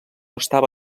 estava